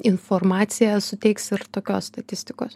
informacija suteiks ir tokios statistikos